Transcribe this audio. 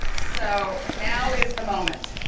so now is the moment.